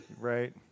Right